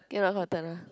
you not gonna tell her